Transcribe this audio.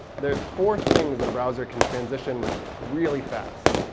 there's four things that a browser can transition really fast.